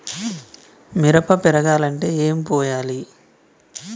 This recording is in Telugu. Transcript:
మిరప పెరగాలంటే ఏం పోయాలి?